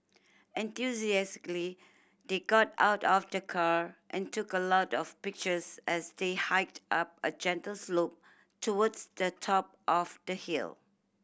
enthusiastically they got out of the car and took a lot of pictures as they hiked up a gentle slope towards the top of the hill